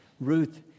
Ruth